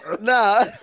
nah